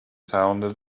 sounded